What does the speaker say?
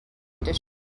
edition